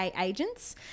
agents